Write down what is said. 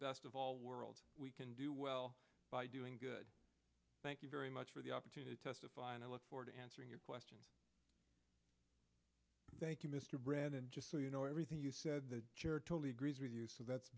best of all worlds we can do well by doing good thank you very much for the opportunity to testify and i look forward to answering your question thank you mr brennan just so you know everything you said that totally agrees with you so that's